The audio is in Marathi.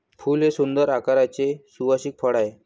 फूल हे सुंदर आकाराचे सुवासिक फळ आहे